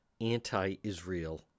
anti-israel